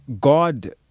God